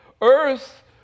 earth